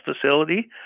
facility